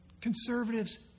conservatives